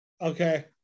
Okay